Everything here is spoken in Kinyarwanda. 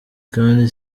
kandi